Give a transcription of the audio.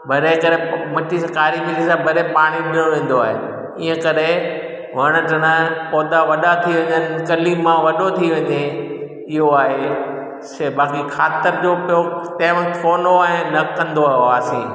भरे करे मटी सां कारी पिली सां भरे पाणी ॿियो वेंदो आहे ईअं करे वण टिण पौधा वॾा थी वेंदा आहिनि कली मां वॾो थी वेंदी आहिनि इयो आहे से बाकी खाध यो उप्योग तंहिं वक़्तु फ़ोनो आए न कंदो हुआसीं